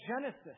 Genesis